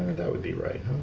that would be right